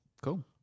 Cool